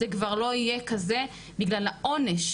זה כבר לא יהיה כזה בגלל העונש.